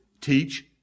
teach